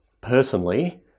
personally